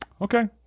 Okay